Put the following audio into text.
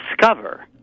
discover